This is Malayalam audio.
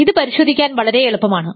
ഇത് പരിശോധിക്കാൻ വളരെ എളുപ്പമാണ്